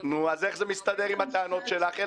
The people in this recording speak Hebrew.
אז איך זה מסתדר עם הטענות שלך?